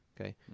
okay